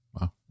Wow